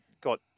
got